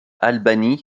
albany